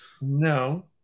No